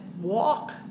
walk